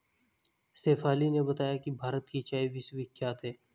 शेफाली ने बताया कि भारत की चाय विश्वविख्यात है